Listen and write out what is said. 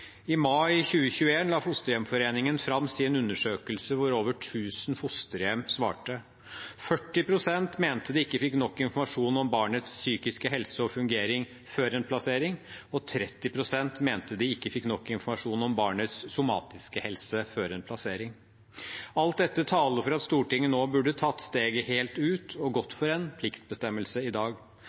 I mai 2021 la Fosterhjemsforeningen fram sin undersøkelse hvor over 1 000 fosterhjem svarte. 40 pst. mente de ikke fikk nok informasjon om barnets psykiske helse og fungering før en plassering, og 30 pst. mente de ikke fikk nok informasjon om barnets somatiske helse før en plassering. Alt dette taler for at Stortinget nå burde ha tatt steget helt ut og gått inn for en pliktbestemmelse i dag.